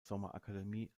sommerakademie